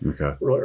Okay